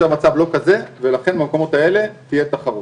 שהמצב לא כזה ולכן במקומות האלה תהיה תחרות.